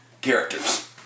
characters